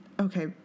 Okay